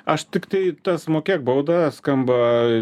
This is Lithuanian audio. aš tiktai tas mokėk baudą skamba